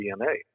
DNA